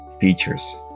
features